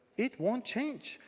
it won't change.